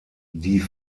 die